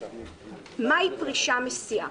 מהי פרישה מסיעה?